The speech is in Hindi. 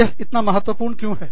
यह इतना महत्वपूर्ण क्यों है